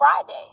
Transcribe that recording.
Friday